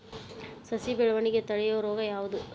ಸಸಿ ಬೆಳವಣಿಗೆ ತಡೆಯೋ ರೋಗ ಯಾವುದು?